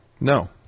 No